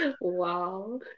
Wow